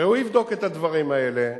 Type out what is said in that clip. הרי הוא יבדוק את הדברים האלה,